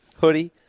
hoodie